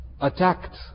Attacked